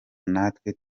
natwe